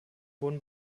wurden